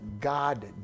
God